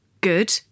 good